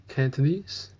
Cantonese